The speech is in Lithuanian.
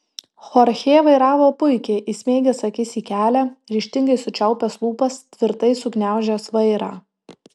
chorchė vairavo puikiai įsmeigęs akis į kelią ryžtingai sučiaupęs lūpas tvirtai sugniaužęs vairą